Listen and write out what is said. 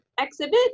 exhibit